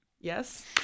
Yes